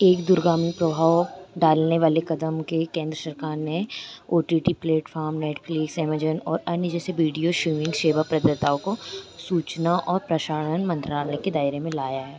एक दूरगामी प्रभाव डालने वाले क़दम के केन्द्र सरकार ने O T T platform Netflix Amazon और अन्य जैसे बीडियो श्वीरिंग सेवा प्रदाताओं को सूचना और प्रसाण मंत्रालय के दायरे में लाया है